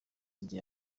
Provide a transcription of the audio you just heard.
igihe